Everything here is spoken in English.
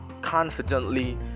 confidently